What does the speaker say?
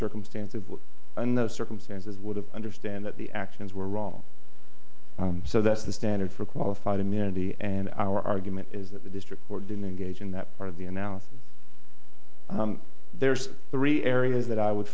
circumstances and those circumstances would have understand that the actions were wrong so that's the standard for qualified immunity and our argument is that the district court didn't engage in that part of the analysis there's the real areas that i would